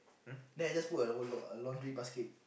then I just put at the laun~ laundry basket